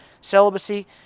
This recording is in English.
celibacy